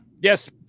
yes